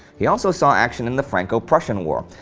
he also saw action in the franco-prussian war,